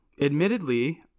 admittedly